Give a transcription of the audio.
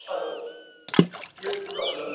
hello yes good afternoon